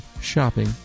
Shopping